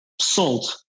salt